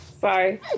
Sorry